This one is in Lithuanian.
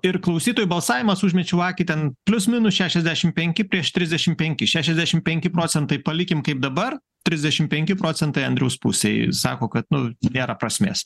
ir klausytojų balsavimas užmečiau akį ten plius minus šešiasdešim penki prieš trisdešim penkis šešiasdešim penki procentai palikim kaip dabar trisdešim penki procentai andriaus pusėj sako kad nu nėra prasmės